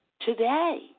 today